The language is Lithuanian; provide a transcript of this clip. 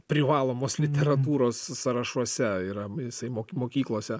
privalomos literatūros sąrašuose yra jisai mok mokyklose